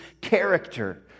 character